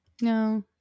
No